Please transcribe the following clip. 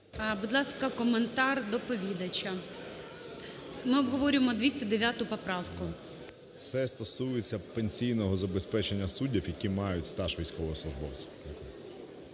Будь ласка, коментар доповідача. Ми обговорюємо 209 поправку. 13:18:58 АЛЄКСЄЄВ С.О. Це стосується пенсійного забезпечення суддів, які мають стаж військового службовця.